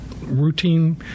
routine